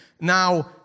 Now